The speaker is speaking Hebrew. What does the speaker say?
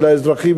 של האזרחים,